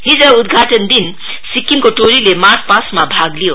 हिज उदघाटन दिनसिक्किमको टोलीले मार्च पास्टमा भाग लिए